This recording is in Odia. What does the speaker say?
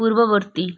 ପୂର୍ବବର୍ତ୍ତୀ